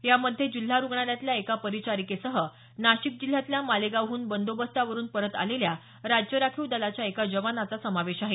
यामध्ये जिल्हा रुग्णालयातल्या एका परिचारिकेसह नाशिक जिल्ह्यातल्या मालेगावहून बंदोबस्तावरून परत आलेल्या राज्य राखीव दलाच्या एका जवानाचा समावेश आहे